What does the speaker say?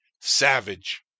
savage